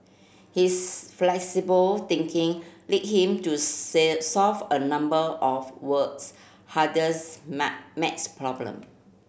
his flexible thinking led him to solve a number of world's hardest maths problem